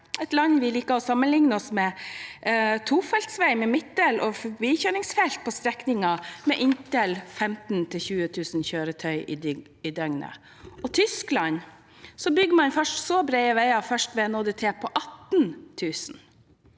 et land vi liker å sammenligne oss med – tofelts vei med midtdeler og forbikjøringsfelt på strekninger med inntil 15 000–20 000 kjøretøy i døgnet. I Tyskland bygger man så brede veier først ved en ÅDT på 18 000.